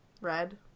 Red